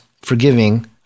forgiving